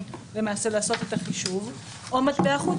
למעשה לעשות את החישוב; או "מטבע החוץ",